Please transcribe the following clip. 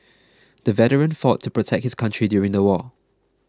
the veteran fought to protect his country during the war